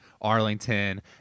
Arlington